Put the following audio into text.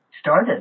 started